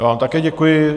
Já vám také děkuji.